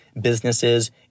Businesses